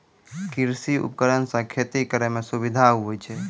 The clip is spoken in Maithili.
कृषि उपकरण से खेती करै मे सुबिधा हुवै छै